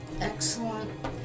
excellent